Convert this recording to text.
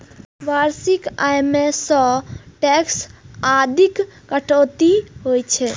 वार्षिक आय मे सं टैक्स आदिक कटौती होइ छै